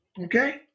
okay